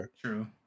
True